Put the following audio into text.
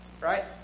right